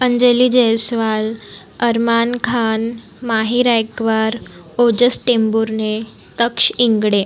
Anjali Jaiswal Armaan Khan Mahi Raikwar Ojas Tembhurne Taksh Ingade